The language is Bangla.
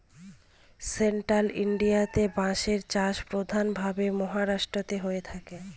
সেন্ট্রাল ইন্ডিয়াতে বাঁশের চাষ প্রধান ভাবে মহারাষ্ট্রেতে হয়ে থাকে